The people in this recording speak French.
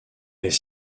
est